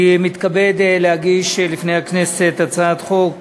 אני מתכבד להגיש לפני הכנסת הצעת חוק